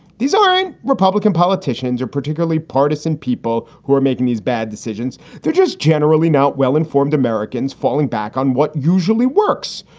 these aren't republican politicians or particularly partisan people who are making these bad decisions. they're just generally not well informed. americans falling back on what usually works,